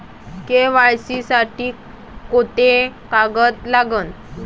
KYC साठी कोंते कागद लागन?